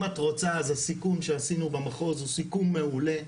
אם את רוצה אז הסיכום שעשינו במחוז הוא סיכום מעולה.